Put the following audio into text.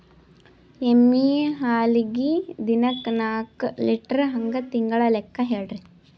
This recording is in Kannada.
ಎಮ್ಮಿ ಹಾಲಿಗಿ ದಿನಕ್ಕ ನಾಕ ಲೀಟರ್ ಹಂಗ ತಿಂಗಳ ಲೆಕ್ಕ ಹೇಳ್ರಿ?